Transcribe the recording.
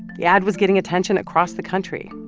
the ad was getting attention across the country.